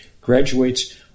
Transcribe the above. graduates